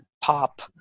pop